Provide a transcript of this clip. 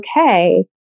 okay